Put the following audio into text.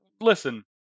listen